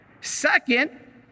Second